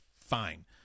fine